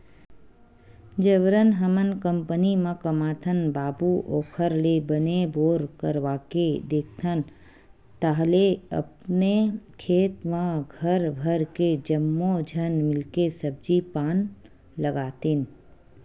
जबरन हमन कंपनी म कमाथन बाबू ओखर ले बने बोर करवाके देखथन ताहले अपने खेत म घर भर के जम्मो झन मिलके सब्जी पान लगातेन